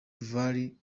valley